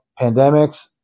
pandemics